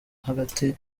hagati